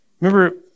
Remember